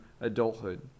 adulthood